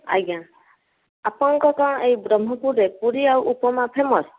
ଆଜ୍ଞା ଆପଣଙ୍କ ଗାଁ ଏହି ବ୍ରହ୍ମପୁରରେ ପୁରୀ ଆଉ ଉପମା ଫେମସ